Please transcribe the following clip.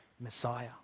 Messiah